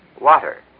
water